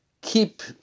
keep